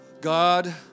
God